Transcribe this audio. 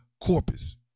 corpus